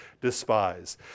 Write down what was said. despise